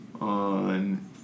on